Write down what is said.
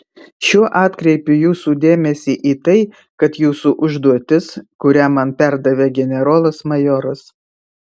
šiuo atkreipiu jūsų dėmesį į tai kad jūsų užduotis kurią man perdavė generolas majoras